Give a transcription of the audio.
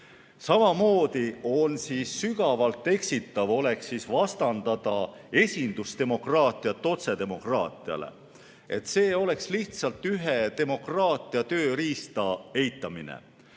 Samamoodi oleks sügavalt eksitav vastandada esindusdemokraatiat otsedemokraatiale. See oleks lihtsalt ühe demokraatia tööriista eitamine.